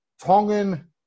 Tongan